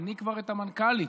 תמני כבר את המנכ"לית,